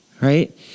right